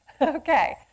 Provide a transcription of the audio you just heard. Okay